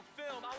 film